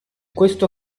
questo